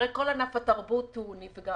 הרי כל ענף התרבות נפגע.